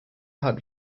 had